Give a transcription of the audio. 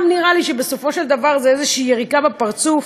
גם נראה לי שבסופו של דבר זו איזו יריקה בפרצוף,